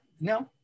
no